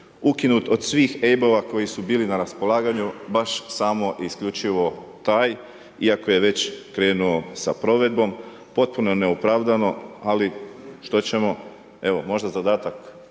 se ne razumije./... koji su bili na raspolaganju baš samo i isključivo taj, iako je već krenuo sa provedbom, potpuno neopravdano, ali što ćemo. Evo, možda zadatak